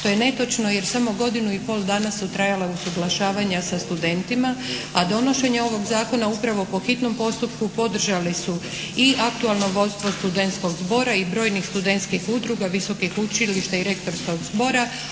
To je netočno jer samo godinu i pol dana su trajala usuglašavanja sa studentima, a donošenje ovoga zakona upravo po hitnom postupku podržali su i aktualno vodstvo studentskog zbora i brojnih studentskih udruga, visokih učilišta i rektorskog zbora,